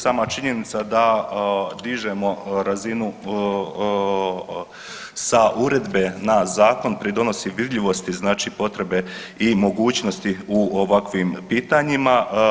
Sama činjenica da dižemo razinu sa uredbe na zakon pridonosi vidljivosti znači potrebe i mogućnosti u ovakvim pitanjima.